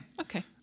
Okay